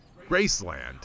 Graceland